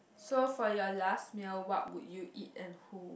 so for your last meal what would you eat and who